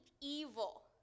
evil